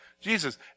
Jesus